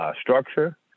Structure